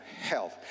health